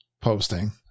posting